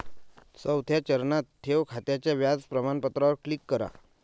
चौथ्या चरणात, ठेव खात्याच्या व्याज प्रमाणपत्रावर क्लिक करा